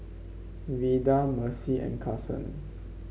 Vida Mercy and Carson